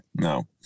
no